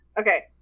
Okay